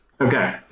Okay